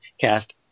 cast